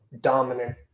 dominant